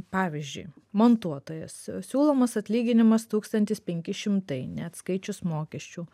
pavyzdžiui montuotojas siūlomas atlyginimas tūkstantis penki šimtai neatskaičius mokesčių